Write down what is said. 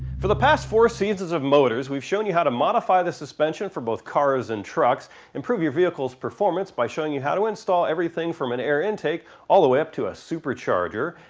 for the past four seasons of motorz, we've shown you how to modify the suspension for both cars and trucks improve your vehicles performance by showing you how to install everything from an air intake all the way up to a supercharger.